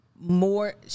more